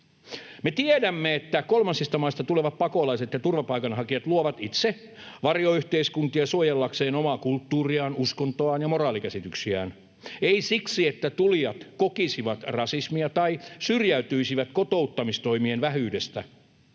Me tiedämme, että kolmansista maista tulevat pakolaiset ja turvapaikanhakijat luovat itse varjoyhteiskuntia suojellakseen omaa kulttuuriaan, uskontoaan ja moraalikäsityksiään — eivät siksi, että tulijat kokisivat rasismia tai syrjäytyisivät kotouttamistoimien vähyydestä,